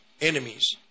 enemies